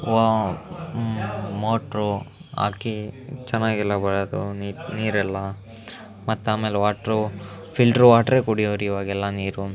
ವಾ ಮೋಟ್ರು ಹಾಕಿ ಚೆನ್ನಾಗೆಲ್ಲ ಬರೋದು ನೀರೆಲ್ಲ ಮತ್ತೆ ಆಮೇಲೆ ವಾಟ್ರು ಫಿಲ್ಟ್ರು ವಾಟರೇ ಕುಡಿಯೋರು ಇವಾಗೆಲ್ಲ ನೀರು